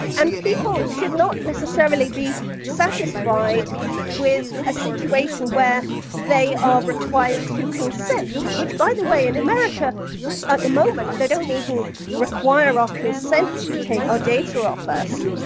and people should not necessarily be satisfied with a situation where they are required to consent, which, by the way, in america at the moment, they don't even require our consent to take our data off us.